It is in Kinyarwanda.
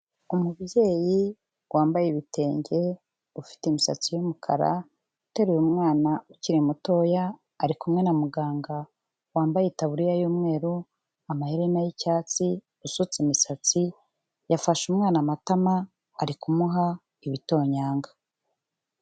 Umubyeyi wambaye ibitenge ufite imisatsi y'umukara uteruye umwana ukiri mutoya ari kumwe na muganga wambaye itaburiya y'umweru, amaherina y'icyatsi, usutse imisatsi yafashe umwana amatama ari kumuha ibitonyanga.